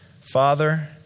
Father